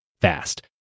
fast